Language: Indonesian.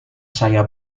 saya